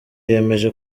yemeje